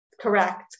Correct